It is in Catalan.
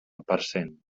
parcent